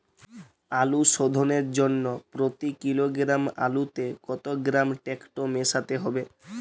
আলু শোধনের জন্য প্রতি কিলোগ্রাম আলুতে কত গ্রাম টেকটো মেশাতে হবে?